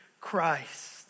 Christ